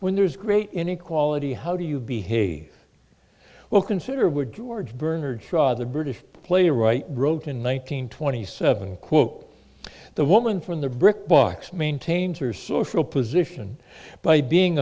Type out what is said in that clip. when there's great inequality how do you behave well consider were george bernard shaw the british playwright wrote in one nine hundred twenty seven quote the woman from the brick box maintains her social position by being